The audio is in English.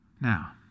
Now